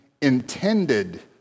intended